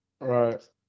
Right